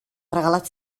regalat